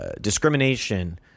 discrimination